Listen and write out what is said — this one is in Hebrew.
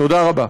תודה רבה.